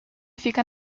fica